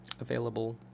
Available